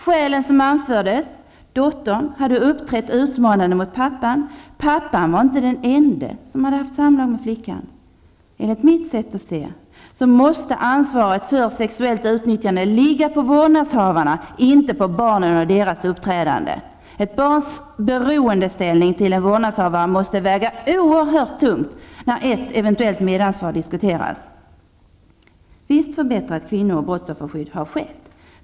Skälen som anfördes: dottern hade uppträtt utmanande mot pappan; pappan var inte den ende som haft samlag med flickan. Enligt mitt sätt att se, måste ansvaret för sexuellt utnyttjande ligga på vårdnadshavarna, inte på barnen och deras uppträdande. Ett barns beroendeställning till en vårdnadshavare måste väga oerhört tungt när ett eventuellt medansvar diskuteras. Vissa förbättringar har skett av kvinno och brottsofferskyddet.